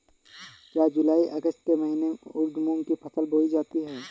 क्या जूलाई अगस्त के महीने में उर्द मूंग की फसल बोई जाती है?